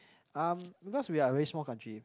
um because we are a very small country